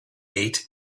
ate